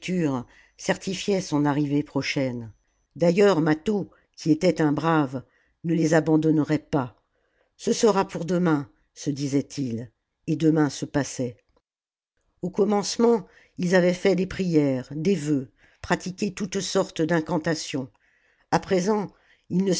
certifiait son arrivée prochaine d'ailleurs mâtho qui était un brave ne les abandonnerait pas ce sera pour demain se disaientils et demain se passait au commencement ils avaient fait des prières des vœux pratiqué toutes sortes d'incantations a présent ils ne